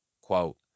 Quote